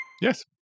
Yes